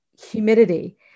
Humidity